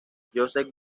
joseph